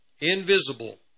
invisible